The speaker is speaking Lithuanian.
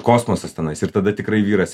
kosmosas tenais ir tada tikrai vyras